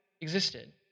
existed